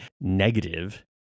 Negative